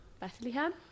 Bethlehem